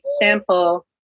sample